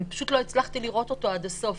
פשוט לא הצלחתי לראות אותו עד הסוף.